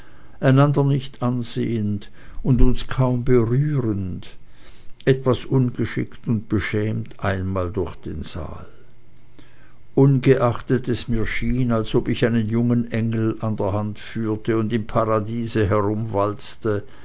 einander nicht ansehend und uns kaum berührend etwas ungeschickt und beschämt einmal durch den saal ungeachtet es mir schien als ob ich einen jungen engel an der hand führte und im paradiese